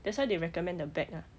that's why they recommend the bag lah